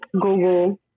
Google